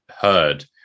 heard